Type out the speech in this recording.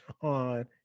on